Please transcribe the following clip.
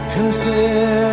Consider